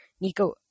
Nico